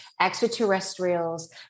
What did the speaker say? extraterrestrials